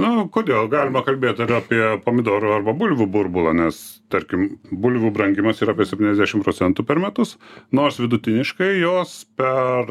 nu kodėl galima kalbėt ir apie pomidorų arba bulvių burbulą nes tarkim bulvių brangimas ir apie septyniasešim procentų per metus nors vidutiniškai jos per